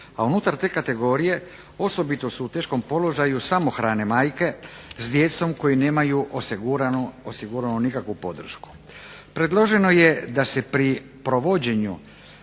A unutar te kategorije osobito su u teškom položaju samohrane majke s djecom koje nemaju osiguranu nikakvu podršku. Predloženo je da se pri provođenju